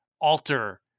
alter